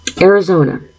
Arizona